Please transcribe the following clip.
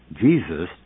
Jesus